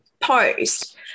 post